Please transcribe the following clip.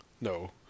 No